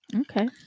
Okay